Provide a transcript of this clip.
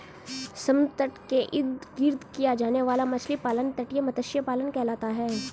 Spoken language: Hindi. समुद्र तट के इर्द गिर्द किया जाने वाला मछली पालन तटीय मत्स्य पालन कहलाता है